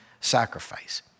sacrifice